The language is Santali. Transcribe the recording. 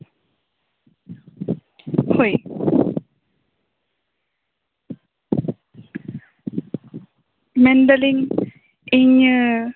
ᱦᱳᱭ ᱢᱮᱱᱫᱟᱞᱤᱧ ᱤᱧᱟᱹᱜ